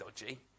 dodgy